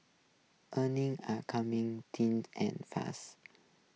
earnings are coming tin and fast